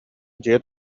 дьиэ